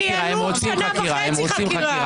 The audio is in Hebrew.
הם רוצים חקירה.